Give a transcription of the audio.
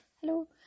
hello